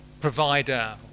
Provider